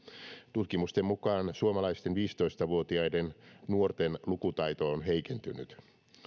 tutkimusten mukaan suomalaisten viisitoista vuotiaiden nuorten lukutaito on heikentynyt